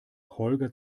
holger